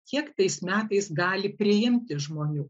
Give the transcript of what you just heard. kiek tais metais gali priimti žmonių